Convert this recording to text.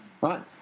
Right